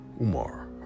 Umar